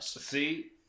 See